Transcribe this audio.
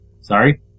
Sorry